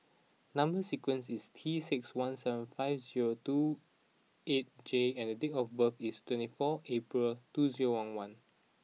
number sequence is T six one seven five zero two eight J and date of birth is twenty four April two zero one one